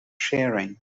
sharing